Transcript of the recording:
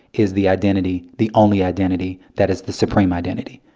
is the identity, the only identity, that is the supreme identity,